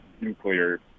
nuclear